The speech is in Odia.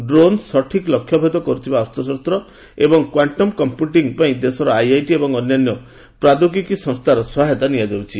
ଡ୍ରୋନ୍ ସଠିକ୍ ଲକ୍ଷ୍ୟ ଭେଦ କରୁଥିବା ଅସ୍ତ୍ରଶସ୍ତ ଏବଂ କ୍ୱାଷ୍ଟମ୍ କମ୍ପ୍ୟୁଟିଂ ପାଇଁ ଦେଶର ଆଇଆଇଟି ଏବଂ ଅନ୍ୟ ପ୍ରଦ୍ୟୋଗିକି ସଂସ୍ଥାନର ସହାୟତା ନିଆଯାଇଛି